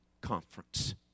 conference